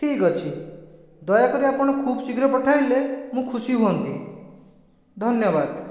ଠିକ୍ ଅଛି ଦୟା କରି ଆପଣ ଖୁବ ଶୀଘ୍ର ପଠାଇଲେ ମୁଁ ଖୁସି ହୁଅନ୍ତି ଧନ୍ୟବାଦ